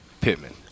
Pittman